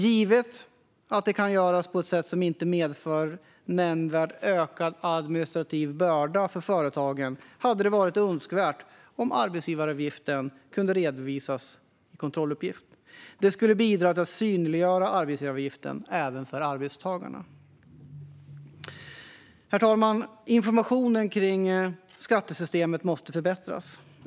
Givet att det kan göras på ett sätt som inte medför nämnvärt ökad administrativ börda för företagen hade det varit önskvärt om arbetsgivaravgiften kunde redovisas i kontrolluppgift. Det skulle bidra till att synliggöra arbetsgivaravgiften, även för arbetstagarna. Herr talman! Informationen kring skattesystemet måste förbättras.